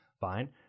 fine